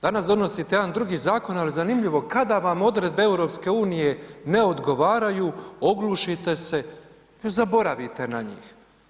Danas donosite jedan drugi zakon, ali zanimljivo, kada vam odredbe EU ne odgovaraju, oglušite se i zaboravite na njih.